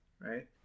Right